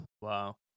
Wow